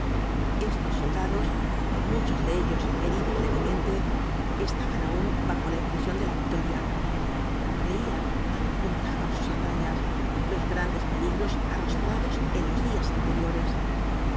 estos soldados muchos de ellos heridos levemente estaban aún bajo la impresión de la victoria reían contaban sus hazañas los grandes peligros arrostrados en los días anteriores